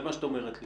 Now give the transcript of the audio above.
זה מה שאת אומרת לי.